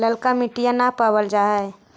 ललका मिटीया न पाबल जा है?